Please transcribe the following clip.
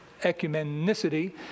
ecumenicity